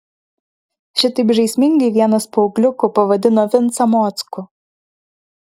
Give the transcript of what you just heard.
šitaip žaismingai vienas paaugliukų pavadino vincą mockų